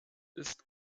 ist